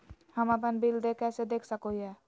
हम अपन बिल देय कैसे देख सको हियै?